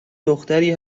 دختری